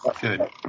Good